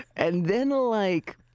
and then like,